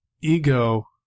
Ego